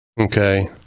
okay